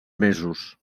mesos